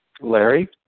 Larry